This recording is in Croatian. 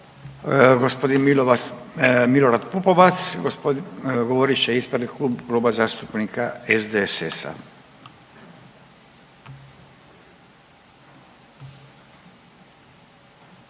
Gospodin Milorad Pupovac govorit će ispred Kluba zastupnika SDSS-a.